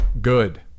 Good